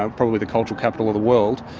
ah probably the cultural capital of the world,